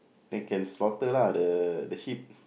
then can slaughter lah the the sheep